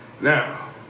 Now